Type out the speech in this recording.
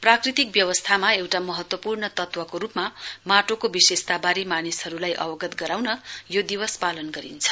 प्राकृतिक व्यवस्थामा एउटा महत्वपूर्ण तत्वको रूपमा माटोको विशेषताबारे मानिसहरूलाई अवगत गराउनु यो दिवस पालन गरिन्छ